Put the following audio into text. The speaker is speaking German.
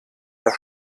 der